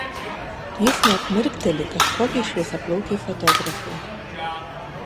jis net mirkteli kažkokiai šviesiaplaukei fotografei